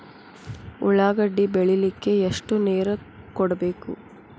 ಉಳ್ಳಾಗಡ್ಡಿ ಬೆಳಿಲಿಕ್ಕೆ ಎಷ್ಟು ನೇರ ಕೊಡಬೇಕು?